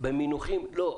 במינוחים לא.